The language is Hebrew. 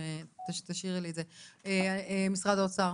משרד האוצר.